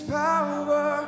power